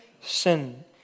sin